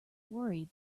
worried